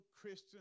Christian